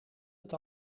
het